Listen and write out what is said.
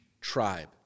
tribe